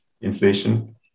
inflation